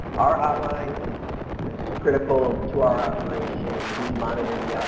our hotline is, is critical to our operation, we monitor the, yeah